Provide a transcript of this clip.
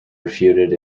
refuted